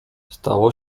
stało